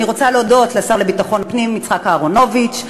אני רוצה להודות לשר לביטחון פנים יצחק אהרונוביץ,